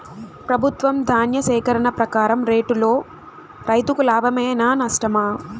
ప్రభుత్వం ధాన్య సేకరణ ప్రకారం రేటులో రైతుకు లాభమేనా నష్టమా?